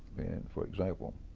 and for example,